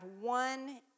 one